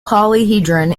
polyhedron